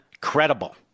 credible